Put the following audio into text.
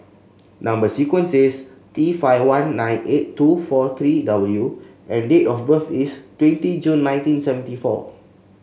number sequence is T five one nine eight two four three W and date of birth is twenty June nineteen seventy four